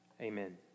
amen